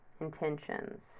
intentions